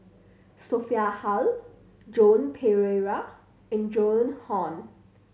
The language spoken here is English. Sophia Hull Joan Pereira and Joan Hon